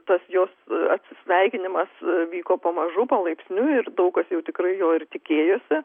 tas jos atsisveikinimas vyko pamažu palaipsniui ir daug kas jau tikrai jo ir tikėjosi